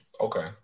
Okay